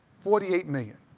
forty eight million.